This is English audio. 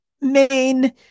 main